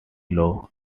law